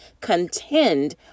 contend